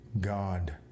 God